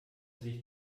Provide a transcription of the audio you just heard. sich